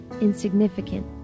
insignificant